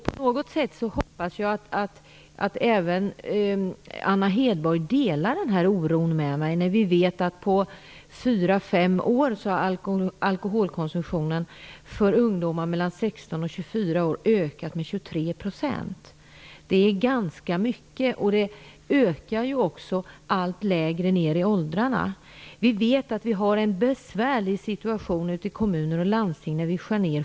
På något sätt hoppas jag att även Anna Hedborg delar min oro, eftersom vi vet att alkoholkonsumtionen bland ungdomar mellan 16 och 24 har ökat med 23 % under de senaste fyra fem åren. Det är ganska mycket, och alkholkonsumtionen ökar ju också allt längre ner i åldrarna. Vi vet att situationen med nedskärningar i sjukvården är besvärlig ute i kommuner och landsting.